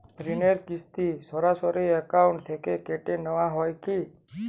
ঋণের কিস্তি সরাসরি অ্যাকাউন্ট থেকে কেটে নেওয়া হয় কি?